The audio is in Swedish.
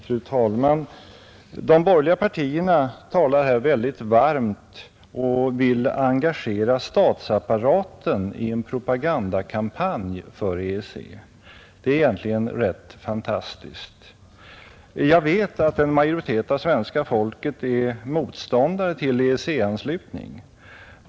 Fru talman! De borgerliga partierna talar här mycket varmt om att engagera statsapparaten i en propagandakampanj för EEC. Det är egentligen rätt fantastiskt. Jag vet att en majoritet av svenska folket är motståndare till EEC-anslutning.